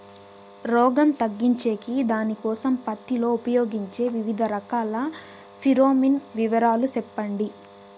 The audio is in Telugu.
రోగం తగ్గించేకి దానికోసం పత్తి లో ఉపయోగించే వివిధ రకాల ఫిరోమిన్ వివరాలు సెప్పండి